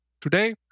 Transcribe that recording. today